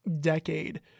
decade